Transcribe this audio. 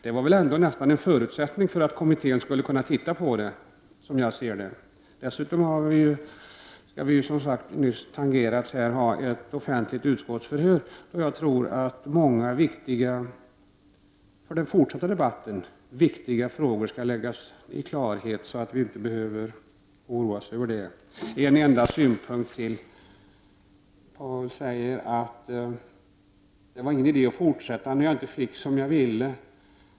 Det var nog en förutsättning för att kommittén skulle kunna titta på det, som jag ser det. Dessutom kommer vi, vilket har tangerats här, att ha ett offentligt utskottsförhör, då jag tror att många för den fortsatta debatten viktiga frågor skall klarläggas, så att vi inte behöver oroas över det. Paul Ciszuk sade att det inte var någon idé att fortsätta när han inte fick som han ville.